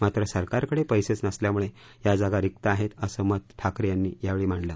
मात्र सरकारकडे पैसेच नसल्यामुळे या जागा रिक्त आहेत असं मत ठाकरे यांनी मांडल